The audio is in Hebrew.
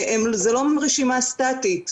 זו לא רשימה סטטית,